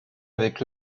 avec